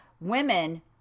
women